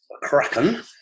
Kraken